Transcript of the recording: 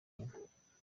inyuma